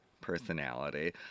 personality